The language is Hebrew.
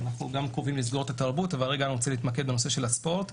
אנחנו קרובים לסגור בנושא התרבות אבל אני רוצה רגע להתמקד בנושא הספורט.